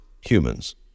humans